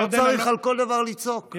לא צריך על כל דבר לצעוק.